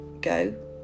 go